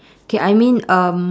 K I mean um